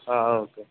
okay